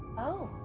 oh!